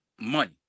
money